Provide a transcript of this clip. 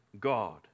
God